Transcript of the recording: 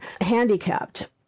handicapped